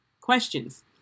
Questions